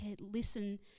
listen